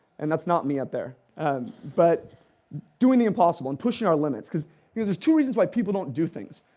and that's not me up there. and but doing the impossible and pushing our limits. you know there's two reasons why people don't do things.